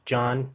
John